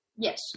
Yes